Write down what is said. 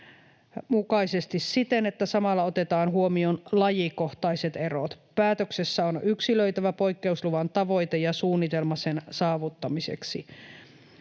mukaisesti siten, että samalla otetaan huomioon lajikohtaiset erot. Päätöksessä on yksilöitävä poikkeusluvan tavoite ja suunnitelma sen saavuttamiseksi.